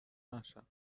نشم